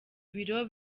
biro